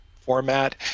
format